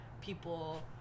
people